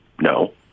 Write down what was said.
No